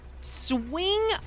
swing